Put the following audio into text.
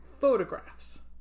photographs